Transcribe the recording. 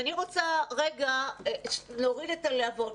אני רוצה להוריד את הלהבות.